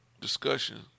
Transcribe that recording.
discussion